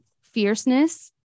fierceness